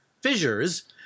fissures